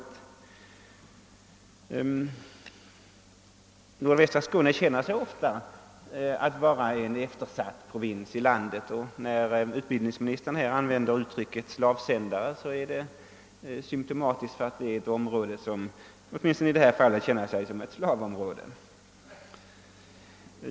Inom Nordvästra Skåne tycker man sig ofta vara en eftersatt provins i vårt land, och det av utbildningsministern använda uttrycket »slavsändare» är symtomatiskt, eftersom man åtminstone i detta fall känner sig tillhöra ett slavområde.